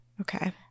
okay